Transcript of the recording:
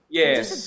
yes